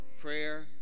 Prayer